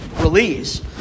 release